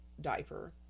diaper